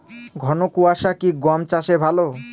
ঘন কোয়াশা কি গম চাষে ভালো?